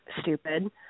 stupid